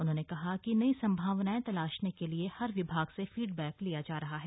उन्होंने कहा कि नई संभावनाएं तलाशने के लिए हर विभाग से फीडबैक लिया जा रहा है